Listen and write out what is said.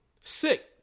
Sick